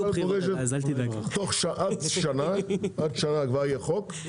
תוך עד שנה כבר יהיה חוק.